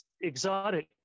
exotic